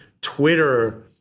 Twitter